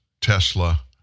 Tesla